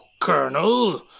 Colonel